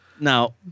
Now